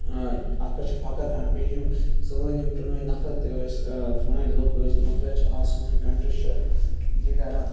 اتھ پیٚٹھ چھُ فخٕر کَران بیٚیہِ یِم سٲنۍ یِم پرٲنۍ نَفَر تہِ ٲسۍ پرٲنۍ لُکھ ٲسۍ یِمو سۭتۍ چھِ آز سٲنٛۍ کَنٹری چھِ یہِ کَران